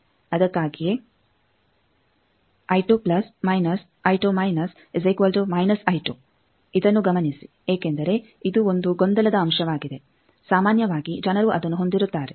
ಅದಕ್ಕಾಗಿಯೇ ಇದನ್ನು ಗಮನಿಸಿ ಏಕೆಂದರೆ ಇದು ಒಂದು ಗೊಂದಲದ ಅಂಶವಾಗಿದೆ ಸಾಮಾನ್ಯವಾಗಿ ಜನರು ಅದನ್ನು ಹೊಂದಿರುತ್ತಾರೆ